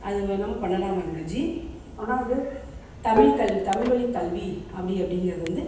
அது வேணுமே பண்ணலாமே ஒழிஞ்சி ஆனால் வந்து தமிழ் கல் தமிழ் வழிக் கல்வி அப்படி அப்படிங்கிறது வந்து